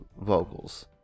vocals